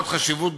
רואות חשיבות רבה,